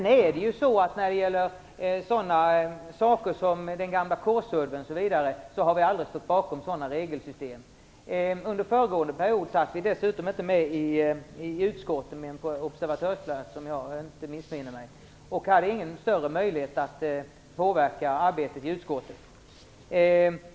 När det sedan gäller den gamla K-SURV:en m.m. har vi aldrig stått bakom sådana regelsystem. Under den föregående mandatperioden satt vi bara på observatörsplats i utskotten, och vi hade ingen större möjlighet att påverka arbetet i utskotten.